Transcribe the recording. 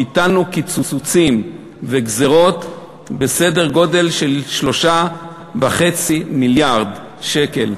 ביטלנו קיצוצים וגזירות בסדר גודל של 3.5 מיליארד שקל.